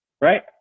Right